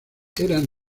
eran